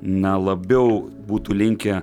na labiau būtų linkę